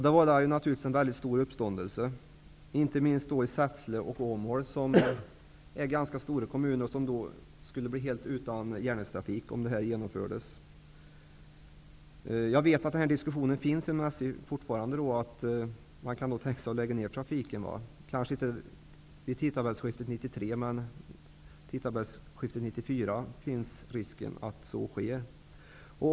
Det blev naturligtvis en stor uppståndelse, särskilt i Jag vet att den här diskussionen har förts, och man kan fortfarande tänka sig att lägga ner trafiken. Kanske inte vid tidtabellsskiftet 1993, men vid tidtabellsskiftet 1994 finns risken att så sker.